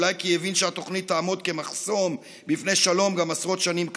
אולי כי הבין שהתוכנית תעמוד כמחסום בפני שלום גם עשרות שנים קדימה.